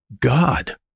God